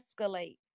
escalate